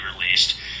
released